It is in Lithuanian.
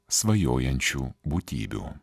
svajojančių būtybių